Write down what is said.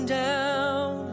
down